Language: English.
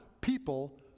people